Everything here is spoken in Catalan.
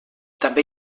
també